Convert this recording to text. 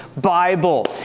Bible